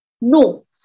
No